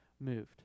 moved